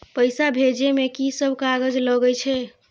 पैसा भेजे में की सब कागज लगे छै?